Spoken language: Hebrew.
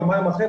יומיים אחרי,